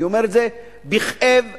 אני אומר את זה בכאב גדול,